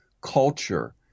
culture